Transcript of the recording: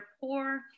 poor